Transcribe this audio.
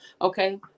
okay